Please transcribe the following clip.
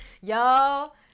Y'all